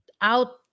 out